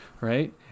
Right